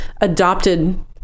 adopted